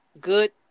Good